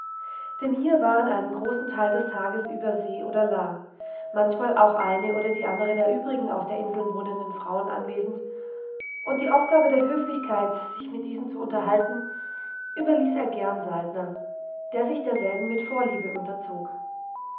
denn hier waren einen großen teil des tages über se oder la manchmal auch eine oder die andre der übrigen auf der insel wohnenden frauen anwesend und die aufgabe der höflichkeit sich mit diesen zu unterhalten überließ er gern saltner der sich derselben mit vorliebe unterzog